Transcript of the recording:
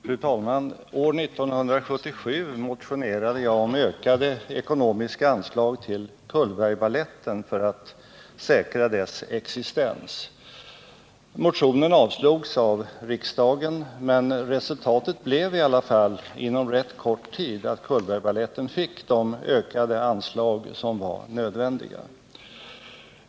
Fru talman! År 1977 motionerade jag om ökade ekonomiska anslag till Cullbergbaletten för att säkra dess existens. Motionen avslogs av riksdagen, men resultatet blev i alla fall att Cullbergbaletten inom rätt kort tid fick de ökade anslag som var nödvändiga.